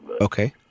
Okay